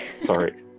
Sorry